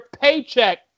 paycheck